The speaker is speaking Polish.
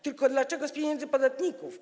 Tylko dlaczego z pieniędzy podatników?